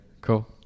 cool